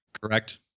correct